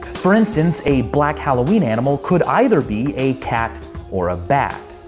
for instance, a black halloween animal could either be a cat or a bat.